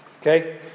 okay